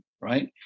right